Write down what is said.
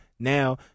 Now